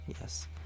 Yes